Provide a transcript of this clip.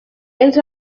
els